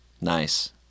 Nice